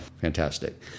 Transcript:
fantastic